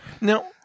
Now